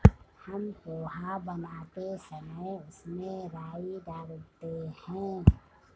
हम पोहा बनाते समय उसमें राई डालते हैं